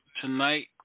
tonight